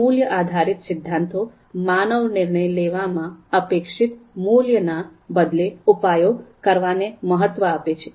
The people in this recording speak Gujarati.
આ મૂલ્ય આધારિત સિદ્ધાંતો માનવ નિર્ણય લેવામાં અપેક્ષિત મૂલ્યના બદલે ઉપયો કરવા ને મહત્વ આપે છે